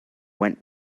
went